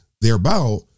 thereabout